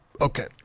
okay